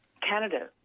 Canada